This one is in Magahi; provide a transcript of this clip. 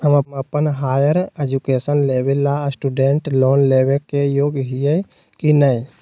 हम अप्पन हायर एजुकेशन लेबे ला स्टूडेंट लोन लेबे के योग्य हियै की नय?